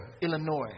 Illinois